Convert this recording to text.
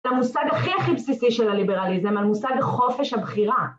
את המושג הכי הכי בסיסי של הליברליזם, המושג החופש הבחירה.